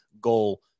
goal